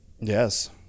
Yes